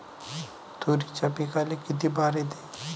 तुरीच्या पिकाले किती बार येते?